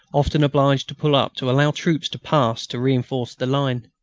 often obliged to pull up to allow troops to pass to reinforce the line.